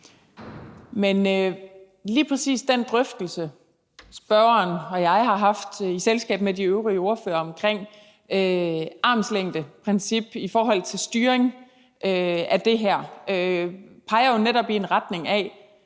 Men lige præcis den drøftelse, spørgeren og jeg har haft i selskab med de øvrige ordførere omkring armslængdeprincip i forhold til styring af det her, peger jo netop i retning af,